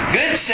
good